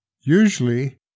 Usually